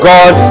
God